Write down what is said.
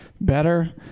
better